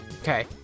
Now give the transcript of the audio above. Okay